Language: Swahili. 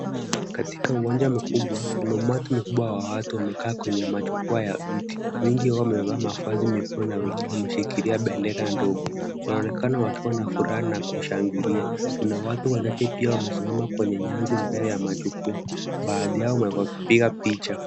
Katika uwanja mkubwa kuna umati mkubwa wa watu wamekaa kwenye majukwaa ya viti. Wengi wamevaa mavazi mekundu na wengine wameshikilia bendera ndogo. Wanaonekana wakiwa na furaha na kushangilia. Kuna watu wachache pia wamesimama kwenye nyasi mbele ya majukwaa baadhi yao wakipiga picha.